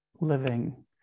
living